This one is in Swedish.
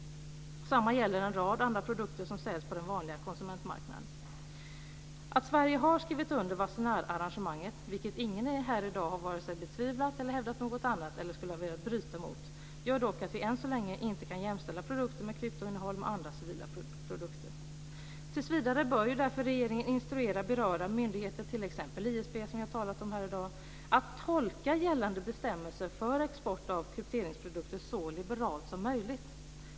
Detsamma gäller en rad andra produkter som säljs på den vanliga konsumentmarknaden. Att Sverige har skrivit under Wassenaararrangemanget, vilket ingen här i dag har vare sig betvivlat, hävdat något annat eller skulle ha velat bryta mot, gör dock att vi än så länge inte kan jämställa produkter med kryptoinnehåll med andra civila produkter. Tills vidare bör därför regeringen instruera berörda myndigheter, t.ex. ISP som vi har talat om här i dag, att tolka gällande bestämmelser för export av krypteringsprodukter så liberalt som möjligt.